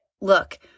look